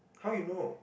how you know